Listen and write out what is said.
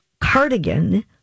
cardigan